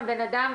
הבן אדם